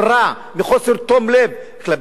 מחוסר תום לב כלפי הציבור הערבי?